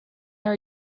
are